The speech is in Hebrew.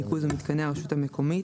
ניקוז ומתקני הרשות המקומית,